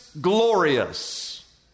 glorious